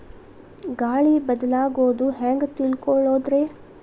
ಗಾಳಿ ಬದಲಾಗೊದು ಹ್ಯಾಂಗ್ ತಿಳ್ಕೋಳೊದ್ರೇ?